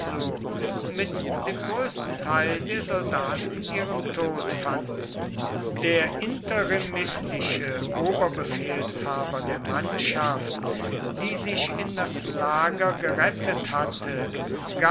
mit dem größten teil der soldaten ihren tod fanden der interimistische oberbefehlshaber der mannschaft die sich in das lager gerettet hatte